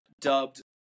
dubbed